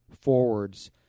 forwards